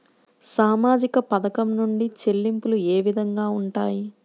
సామాజిక పథకం నుండి చెల్లింపులు ఏ విధంగా ఉంటాయి?